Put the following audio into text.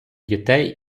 дітей